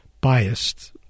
biased